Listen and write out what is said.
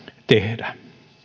tehdä